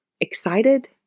Excited